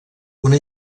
una